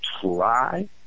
try